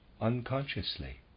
unconsciously